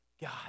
God